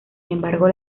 embargo